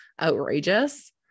outrageous